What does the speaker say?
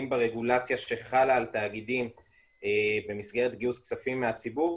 ברגולציה שחלה על תאגידים במסגרת גיוס כספים מהציבור